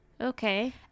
Okay